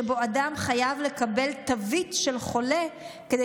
שבו אדם חייב לקבל תווית של חולה כדי